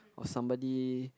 or somebody